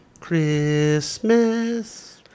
christmas